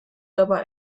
dabei